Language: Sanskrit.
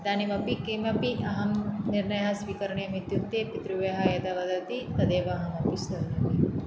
इदानीम् अपि किमपि अहं निर्णयः स्वीकरणीयं इत्युक्ते पितृव्यः यदा वदति तदेव अहमपि शृनोमि